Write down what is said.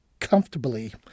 comfortably